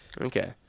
Okay